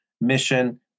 mission